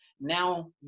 now